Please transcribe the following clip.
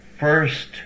first